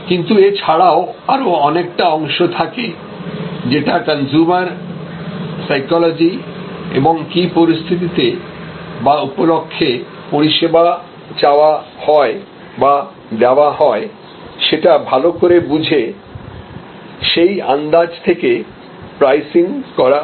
কিন্তু এছাড়াও আরো অনেকটা অংশ থাকে যেটা কনজিউমার সাইকোলজি এবং কি পরিস্থিতিতে বা উপলক্ষে পরিষেবা চাওয়া হয় বা দেওয়া হয় সেটা ভালো করে বুঝে সেই আন্দাজ থেকে প্রাইসিং করা হয়